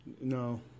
No